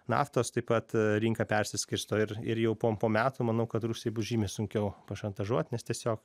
naftos taip pat rinka persiskirsto ir ir jau po po metų manau kad rusijai bus žymiai sunkiau pašantažuot nes tiesiog